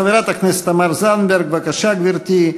חברת הכנסת תמר זנדברג, בבקשה, גברתי.